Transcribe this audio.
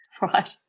Right